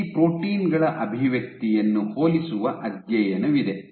ಈ ಪ್ರೋಟೀನು ಗಳ ಅಭಿವ್ಯಕ್ತಿಯನ್ನು ಹೋಲಿಸುವ ಅಧ್ಯಯನವಿದೆ